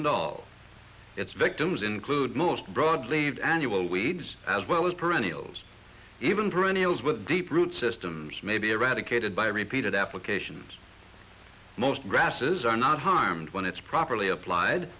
and all its victims include most broad leaves annual weeds as well as perennials even perennials with deep root systems may be eradicated by repeated applications most grasses are not harmed when it's properly applied